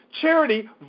charity